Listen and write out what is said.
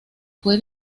fue